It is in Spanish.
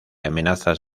amenazas